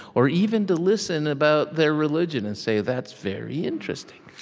or even to listen about their religion and say, that's very interesting.